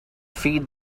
feed